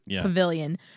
pavilion